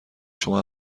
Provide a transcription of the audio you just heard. شما